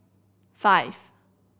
five